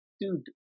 dude